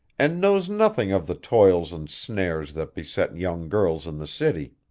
and knows nothing of the toils and snares that beset young girls in the city.